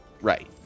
right